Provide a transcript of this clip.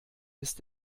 ist